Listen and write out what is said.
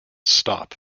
stop